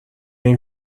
این